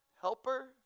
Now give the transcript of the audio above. helper